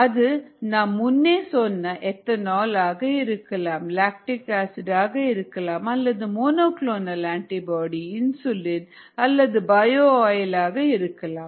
அது நாம் முன்னே சொன்ன எத்தனால் ஆக இருக்கலாம் லாக்டிக் ஆசிட் ஆக இருக்கலாம் அல்லது மோனோ குளோனல் ஆன்டிபாடி இன்சுலின் அல்லது பயோ ஆயில் ஆக இருக்கலாம்